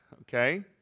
okay